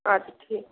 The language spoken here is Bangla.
আচ্ছা ঠিক